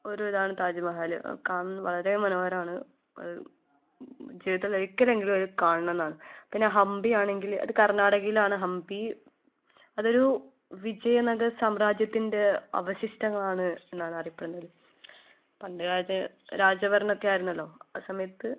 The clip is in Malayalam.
ഒരു ഇതാണ് താജ്മഹൽ കാണാൻ വളരെ മനോഹരാണ് അത് ജീവിതത്തിൽ ഒരിക്കലെങ്കിലും അത് കാണണം എന്നാണ് പിന്നെ ഹംപിയാണെങ്കിൽ അത് കർണാടകലയിലാണ് ഹംപി അതൊരു വിജയ നഗര സാമ്രാജ്യത്തിൻ്റെ അവശിഷ്ടങ്ങളാണ് എന്നാണ് അറിയപ്പെടുന്നത് പണ്ടു കാലത്ത് രാജ ഭരണൊക്കെ ആയിരുന്നല്ലോ ആ സമയത്ത്